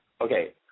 okay